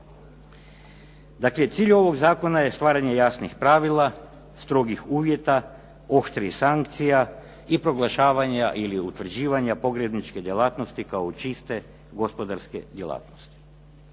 Dakle, cilj ovoga zakona je stvaranje jasnih pravila, strogih uvjeta, oštrih sankcija i proglašavanja ili utvrđivanja pogrebničke djelatnosti kao čiste gospodarske djelatnosti.